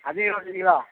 அது இருபத்தஞ்சி கிலோ